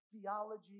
theology